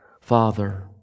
Father